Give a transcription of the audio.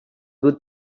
good